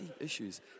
issues